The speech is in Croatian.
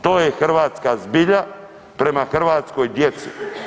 To je hrvatska zbilja prema hrvatskoj djeci.